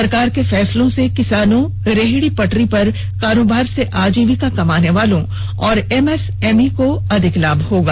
सरकार के फैसलों से किसानों रेहड़ी पटरी पर कारोबार से आजीविका कमाने वालों और एमएसएमई को अधिक लाभ होगा